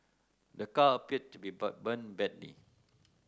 the car appeared to be but burnt badly